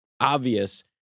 obvious